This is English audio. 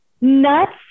Nuts